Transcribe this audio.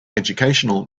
educational